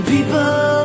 People